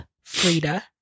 Frida